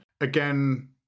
again